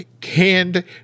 canned